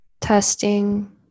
Testing